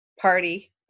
party